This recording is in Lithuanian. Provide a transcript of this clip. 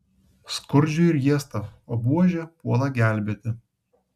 skurdžiui riesta o buožė puola gelbėti